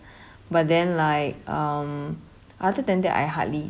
but then like um other than that I hardly